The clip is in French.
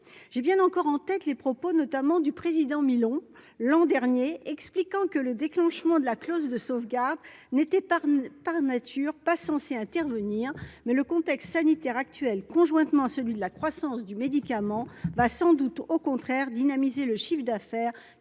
j'ai bien encore en tête les propos notamment du président l'an dernier, expliquant que le déclenchement de la clause de sauvegarde n'était pas par nature pas censée intervenir mais le contexte sanitaire actuel conjointement, celui de la croissance du médicament va sans doute au contraire dynamiser le chiffre d'affaires